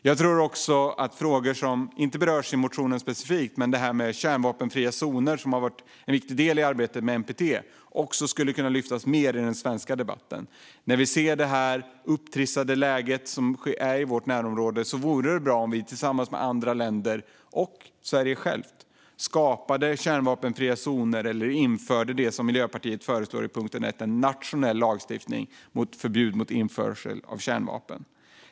Jag tror också att frågor som inte berörs i motionen specifikt, exempelvis detta med kärnvapenfria zoner som har varit en viktig del i arbetet med NPT, skulle kunna lyftas mer i den svenska debatten. När vi ser det här upptrissade läget i vårt närområde vore det bra om vi tillsammans med andra länder, och även Sverige självt, skapade kärnvapenfria zoner eller införde det som Miljöpartiet föreslår i yrkande 1, en nationell lagstiftning med förbud mot införsel av kärnvapen.